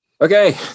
Okay